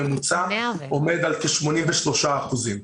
עומד על כ-83 אחוזים.